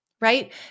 right